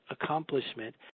accomplishment